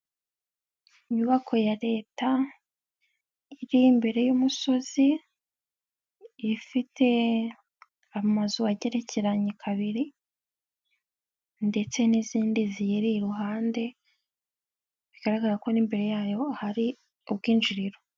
Inyubako ya leta iri imbere y'umusozi ifite amazu agerekeranye kabiri ndetse n'izindi ziyiri iruhande bigaragara ko n'imbere yayo hari ubwinjiriro.